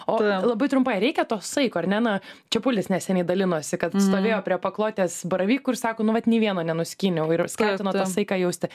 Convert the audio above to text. o labai trumpai ar reikia to saiko ar ne na čepulis neseniai dalinosi kad stovėjo prie paklotės baravykų ir sako nu vat nė vieno nesuskyniau ir skatino tą saiką jausti